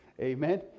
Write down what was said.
Amen